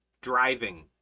driving